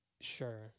Sure